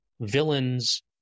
villain's